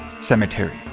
cemetery